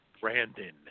Brandon